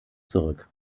zurück